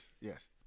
yes